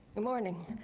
morning.